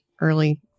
early